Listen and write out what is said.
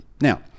now